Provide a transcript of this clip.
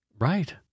Right